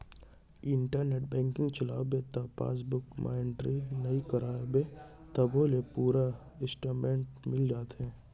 internet banking चलाबे त passbook म एंटरी नइ कराबे तभो ले पूरा इस्टेटमेंट मिल जाथे